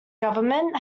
government